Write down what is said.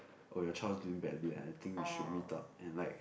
oh your child is doing badly I think we should meet up and like